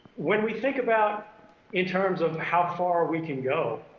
when we think about in terms of how far we can go,